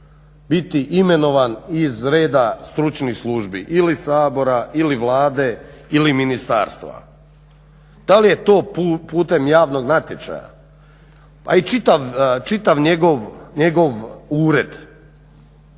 biti imenovan iz reda stručnih službi ili Sabora ili Vlade ili ministarstva. Da li je to putem javnog natječaja, pa i čitav njegov ured